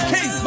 King